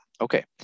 okay